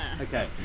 Okay